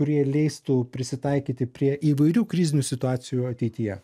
kurie leistų prisitaikyti prie įvairių krizinių situacijų ateityje